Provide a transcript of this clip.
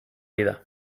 vida